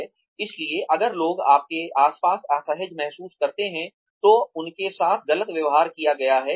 इसलिए अगर लोग आपके आसपास असहज महसूस करते हैं तो उनके साथ गलत व्यवहार किया गया है